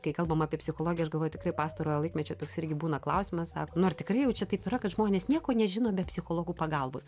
kai kalbam apie psichologiją aš galvoju tikrai pastarojo laikmečio toks irgi būna klausimas sako nu ar tikrai jau čia taip yra kad žmonės nieko nežino be psichologų pagalbos